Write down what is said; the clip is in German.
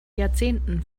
jahrzehnten